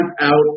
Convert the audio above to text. out